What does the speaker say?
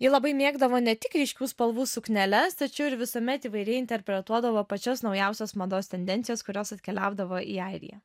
ji labai mėgdavo ne tik ryškių spalvų sukneles tačiau ir visuomet įvairiai interpretuodavo pačias naujausias mados tendencijas kurios atkeliaudavo į airiją